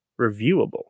reviewable